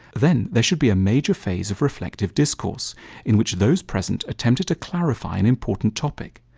then there should be a major phase of reflective discourse in which those present attempted to clarify an important topic,